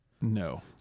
No